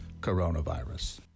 coronavirus